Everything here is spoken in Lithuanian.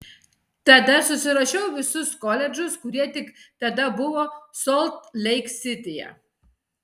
tada susirašiau visus koledžus kurie tik tada buvo solt leik sityje